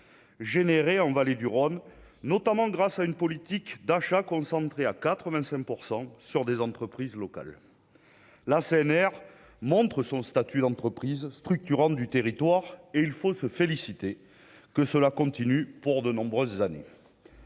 générés ont vallée du Rhône, notamment grâce à une politique d'achat concentrés à 85 % sur des entreprises locales. La CNR montre son statut d'entreprise structurante du territoire, et il faut se féliciter que cela continue pour de nombreuses années